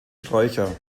sträucher